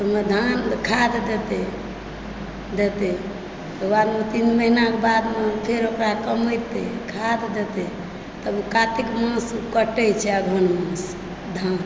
ओहिमे धान खाद्य देतै ओकर बादमे तीन महीनाके बादमे फेर ओकरा कमेतै खाद्य देतै तब ओ कातिक मास कटै छै अगहन मास धान